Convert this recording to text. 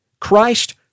Christ